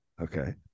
okay